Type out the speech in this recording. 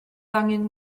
angen